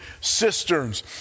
cisterns